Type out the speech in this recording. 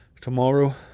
tomorrow